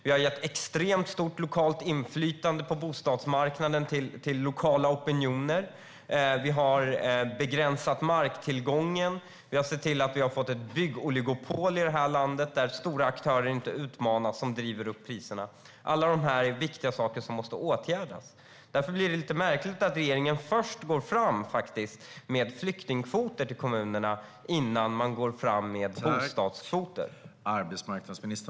Vi har gett ett extremt stort inflytande över bostadsmarknaden till lokala opinioner. Vi har begränsat marktillgången. Vi har fått ett byggoligopol som driver upp priserna i det här landet och där stora aktörer inte utmanas. Allt detta är viktiga saker som måste åtgärdas, och därför blir det lite märkligt att regeringen först går fram med flyktingkvoter till kommunerna innan man går fram med bostadskvoter.